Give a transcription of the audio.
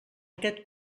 aquest